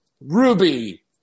Ruby